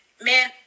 Man